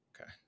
Okay